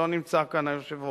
היושב-ראש,